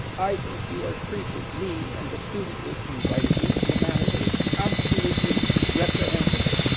i think you are treating me and the student group who invited me in a manner that is absolutely reprehensible,